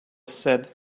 said